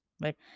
Right